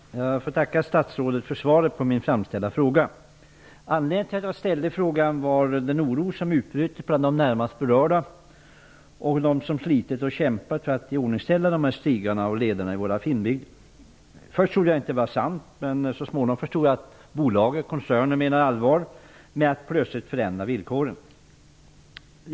Fru talman! Jag tackar statsrådet för svaret på min framställda fråga. Anledningen till att jag ställde frågan var den oro som utbröt bland de närmast berörda, de som slitit och kämpat för att iordningställa dessa stigar och leder i våra finnbygder. Först trodde jag inte att det var sant att villkoren plötsligt skulle förändras. Men så småningom förstod jag att koncernen menade allvar.